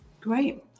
Great